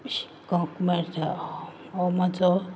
शिकोंक मेळटा हो म्हाजो